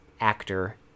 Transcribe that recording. actor